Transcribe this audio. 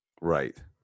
right